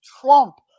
Trump